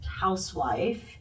housewife